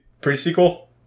Pre-sequel